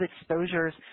exposures